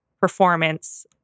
performance